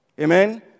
Amen